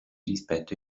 rispetto